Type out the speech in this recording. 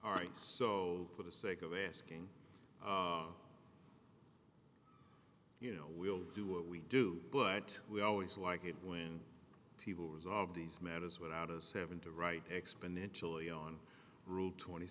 all right so for the sake of asking you know we'll do what we do but we always like it when people resolve these matters without us having to write exponentially on rule twenty